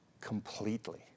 completely